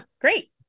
Great